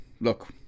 look